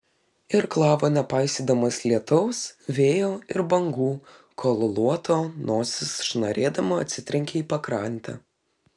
irklavo nepaisydamas lietaus vėjo ir bangų kol luoto nosis šnarėdama atsitrenkė į pakrantę